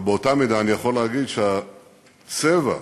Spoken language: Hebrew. אבל באותה מידה אני יכול להגיד שהצבע השתנה,